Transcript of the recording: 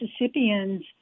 Mississippians